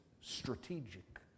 strategic